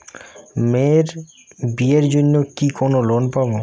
মেয়ের বিয়ের জন্য কি কোন লোন পাব?